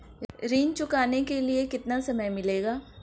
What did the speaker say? ऋण चुकाने के लिए कितना समय मिलेगा?